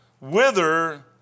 Whither